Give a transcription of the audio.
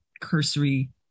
cursory